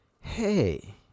hey